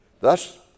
Thus